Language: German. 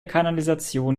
kanalisation